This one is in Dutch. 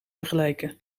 vergelijken